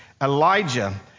Elijah